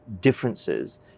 differences